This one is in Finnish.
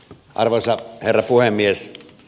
arvoisa herra puhemies